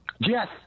Yes